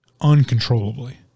Uncontrollably